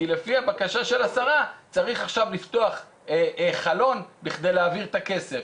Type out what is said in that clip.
כי לפי הבקשה של השרה צריך עכשיו לפתוח חלון בכדי להעביר את הכסף,